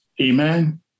Amen